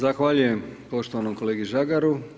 Zahvaljujem poštovanom kolegi Žagaru.